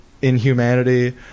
inhumanity